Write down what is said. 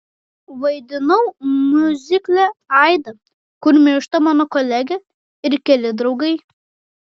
vaidinau miuzikle aida kur miršta mano kolegė ir keli draugai